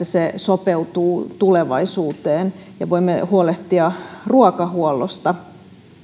se sopeutuu tulevaisuuteen ja voimme huolehtia ruokahuollosta